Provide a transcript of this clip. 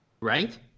right